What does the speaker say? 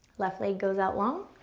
left leg goes out long,